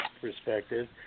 perspective